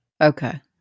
Okay